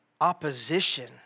opposition